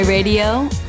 Radio